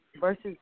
versus